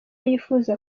yifuza